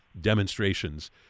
demonstrations